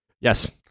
yes